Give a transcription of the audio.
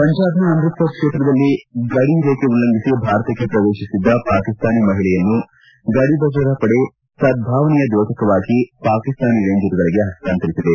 ಪಂಜಾಬ್ ನ ಅಮೃತಸರ್ ಕ್ಷೇತ್ರದಲ್ಲಿ ಗಡಿ ರೇಖೆ ಉಲ್ಲಂಘಿಸಿ ಭಾರತಕ್ಕೆ ಪ್ರವೇಶಿಸಿದ್ದ ಪಾಕಿಸ್ತಾನಿ ಮಹಿಳೆಯನ್ನು ಗಡಿ ಭದ್ರತಾಪಡೆ ಸದ್ಭಾವನೆಯ ಜೋತಕವಾಗಿ ಪಾಕಿಸ್ತಾನಿ ರೇಂಜರ್ಗಳಿಗೆ ಹಸ್ತಾಂತರಿಸಿದ್ದಾರೆ